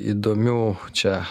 įdomių čia